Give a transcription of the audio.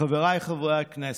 חבריי חברי הכנסת,